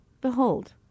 Behold